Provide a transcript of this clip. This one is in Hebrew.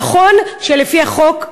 נכון שלפי החוק,